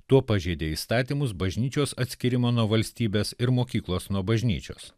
tuo pažeidė įstatymus bažnyčios atskyrimo nuo valstybės ir mokyklos nuo bažnyčios